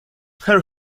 her